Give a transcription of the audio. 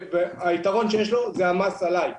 היתרון שיש לו זה המס עליי.